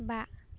बा